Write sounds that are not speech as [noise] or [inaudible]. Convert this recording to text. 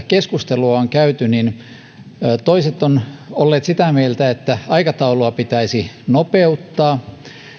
[unintelligible] keskustelua käyty toiset ovat olleet sitä mieltä että aikataulua pitäisi nopeuttaa